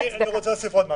אני רוצה להוסיף עוד משהו.